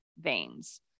veins